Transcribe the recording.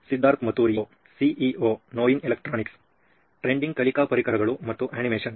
Siddharth Maturi CEO ನೋಯಿನ್ electronics trendy ಕಲಿಕಾ ಪರಿಕರಗಳು ಮತ್ತು ಅನಿಮೇಷನ್